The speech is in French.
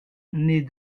naît